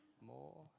more